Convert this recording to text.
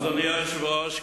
אדוני היושב-ראש,